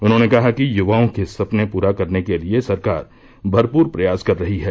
उन्होंने कहा कि युवाओं के सपने पूरा करने के लिए सरकार भरपूर प्रयास कर रही है